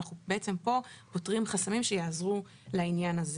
אנחנו בעצם פה פותרים חסמים שיעזרו לעניין הזה.